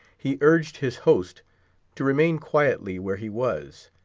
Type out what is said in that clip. he urged his host to remain quietly where he was,